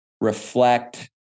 reflect